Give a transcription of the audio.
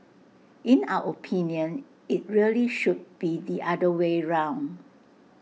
in our opinion IT really should be the other way round